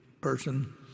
person